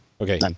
Okay